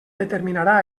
determinarà